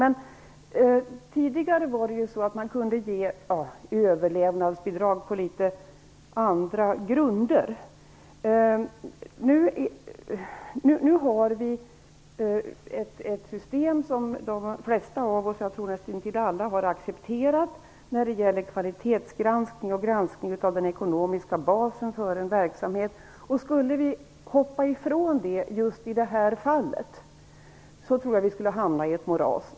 Men tidigare kunde man bevilja överlevnadsbidrag på litet andra grunder, medan vi nu har ett system som de flesta av oss - jag tror nästintill alla - har accepterat när det gäller kvalitetsgranskning och granskning av den ekonomiska basen för en verksamhet. Skulle vi frångå detta system i just detta fall, tror jag att vi skulle hamna i ett moras.